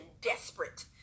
desperate